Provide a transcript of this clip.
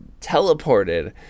teleported